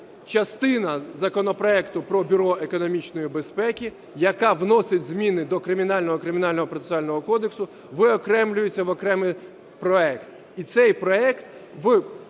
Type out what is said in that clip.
частина законопроекту про Бюро економічної безпеки, яка вносить зміни до Кримінального і Кримінального процесуального кодексу, виокремлюється в окремий проект. І цей проект